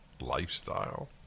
lifestyle